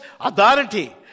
authority